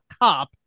Cop